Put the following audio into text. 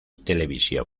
televisión